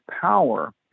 power